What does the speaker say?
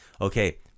Okay